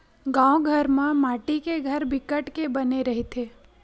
गाँव घर मन म माटी के घर बिकट के बने रहिथे